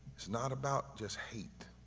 it's not about just hate,